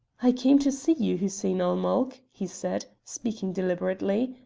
i came to see you, hussein-ul-mulk, he said, speaking deliberately,